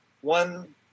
One